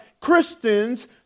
Christians